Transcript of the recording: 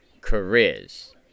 careers